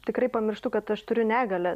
tikrai pamirštu kad aš turiu negalią